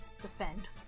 defend